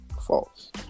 False